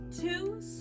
two